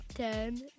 Ten